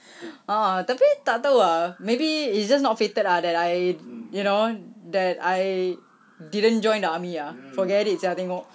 ah tapi tak tahu ah maybe it's just not fated ah that I you know that I didn't join the army ah forget it sia tengok